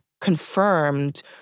confirmed